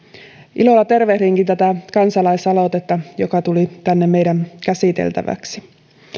ilolla tervehdinkin tätä kansalaisaloitetta joka tuli tänne meidän käsiteltäväksemme